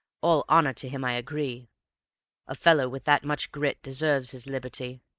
all honor to him, i agree a fellow with that much grit deserves his liberty.